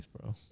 bro